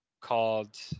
called